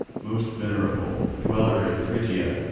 most venerable, dweller in phrygia,